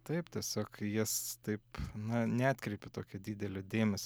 taip tiesiog į jas taip na neatkreipi tokio didelio dėmesio